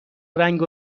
رنگ